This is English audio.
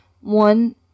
one